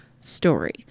story